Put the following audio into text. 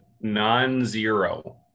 non-zero